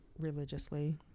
religiously